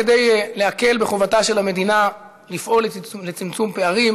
כדי להקל בחובתה של המדינה לפעול לצמצום פערים